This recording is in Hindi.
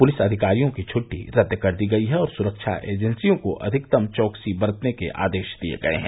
पुलिस अधिकारियों की छुट्टी स्द कर दी गई है और सुरक्षा एजेन्सियों को अधिकतम चौकसी बरतने के आदेश दिये गये हैं